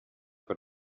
per